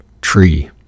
tree